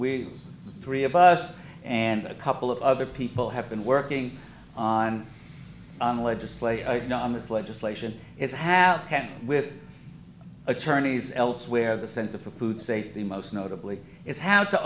we three of us and a couple of other people have been working on on legislation on this legislation is have can with attorneys elsewhere the center for food safety most notably is h